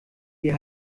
hier